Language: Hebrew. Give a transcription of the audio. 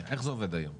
איך זה עובד היום.